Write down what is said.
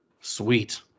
sweet